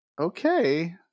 okay